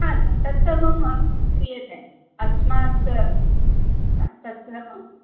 तत् सर्वं क्रियते अस्मात् तत्सर्वं